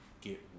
get